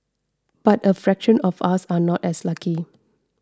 but a fraction of us are not as lucky